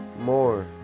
more